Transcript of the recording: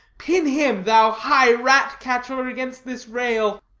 pin him, thou high rat-catcher, against this rail.